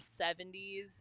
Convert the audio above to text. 70s